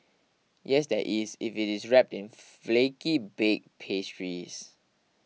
yes there is if it's wrapped in flaky bake pastries